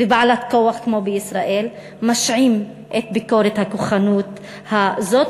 ובעלת כוח כמו ישראל משעים את ביקורת הכוחנות הזאת,